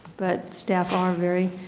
but staff are very